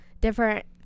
different